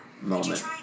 moment